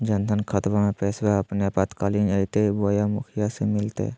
जन धन खाताबा में पैसबा अपने आपातकालीन आयते बोया मुखिया से मिलते?